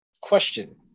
Question